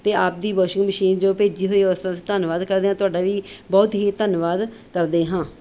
ਅਤੇ ਆਪਦੀ washing machine ਜੋ ਭੇਜੀ ਹੋਈ ਹੈ ਉਸਦਾ ਅਸੀਂ ਧੰਨਵਾਦ ਕਰਦੇ ਹਾਂ ਤੁਹਾਡਾ ਵੀ ਬਹੁਤ ਹੀ ਧੰਨਵਾਦ ਕਰਦੇ ਹਾਂ